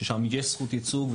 ששם יש זכות ייצוג,